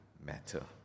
Matter